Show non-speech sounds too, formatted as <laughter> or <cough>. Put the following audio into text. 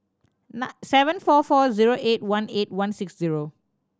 <unintelligible> seven four four zero eight one eight one six zero